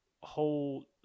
whole